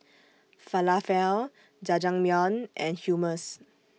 Falafel Jajangmyeon and Hummus